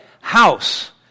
house